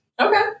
Okay